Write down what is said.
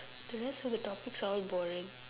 the rest of the topics are all boring